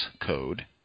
Code